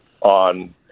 on